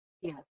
Yes